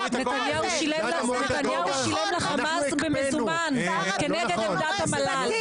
נתניהו שילם לחמאס במזומן כנגד עמדת המל"ל.